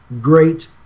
great